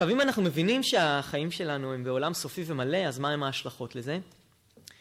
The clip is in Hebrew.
לפעמים אנחנו מבינים שהחיים שלנו הם בעולם סופי ומלא, אז מהם ההשלכות לזה?